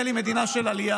מה ראשי התיבות של גח"ל?